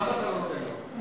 למה אתה לא נותן לו?